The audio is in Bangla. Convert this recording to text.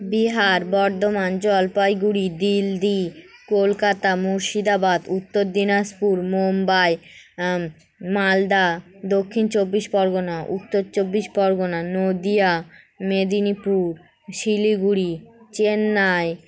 বিহার বর্ধমান জলপাইগুড়ি দিল্লি কলকাতা মুর্শিদাবাদ উত্তর দিনাজপুর মুম্বই মালদা দক্ষিণ চব্বিশ পরগনা উত্তর চব্বিশ পরগনা নদীয়া মেদিনীপুর শিলিগুড়ি চেন্নাই